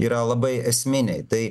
yra labai esminiai tai